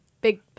big